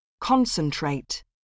Concentrate